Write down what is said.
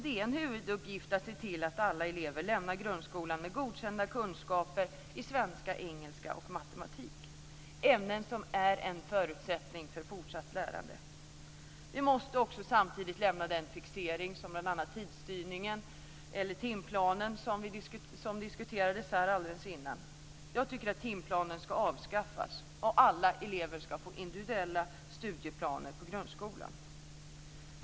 Det är en huvuduppgift att se till att alla elever lämnar grundskolan med godkända kunskaper i svenska, engelska och matematik - ämnen som är en förutsättning för fortsatt lärande. Vi måste samtidigt lämna den fixering som bl.a. tidsstyrningen - eller timplanen, som diskuterades här alldeles nyss - innebär. Jag tycker att timplanen ska avskaffas och att alla elever ska få individuella studieplaner i grundskolan.